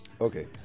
Okay